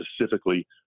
specifically